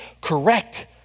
correct